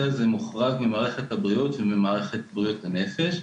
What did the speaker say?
הזה מוחרג ממערכת הבריאות וממערכת בריאות הנפש.